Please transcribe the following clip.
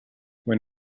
when